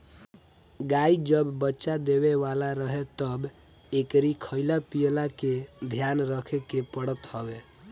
गाई जब बच्चा देवे वाला रहे तब एकरी खाईला पियला के ध्यान रखे के पड़त हवे